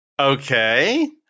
okay